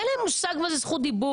אין להם מושג מה זה זכות דיבור.